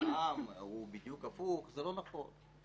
העם הוא בדיוק הפוך, זה לא נכון.